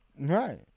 Right